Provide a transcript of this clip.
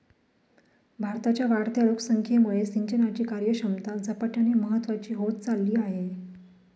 भारताच्या वाढत्या लोकसंख्येमुळे सिंचनाची कार्यक्षमता झपाट्याने महत्वाची होत चालली आहे